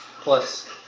Plus